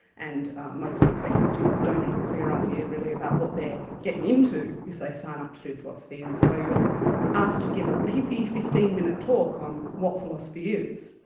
and most prospective students don't have a clear idea really about what they're getting into if they sign up to do philosophy, and so you're asked to give a pithy fifteen minute talk on what philosophy is.